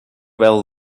well